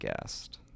guest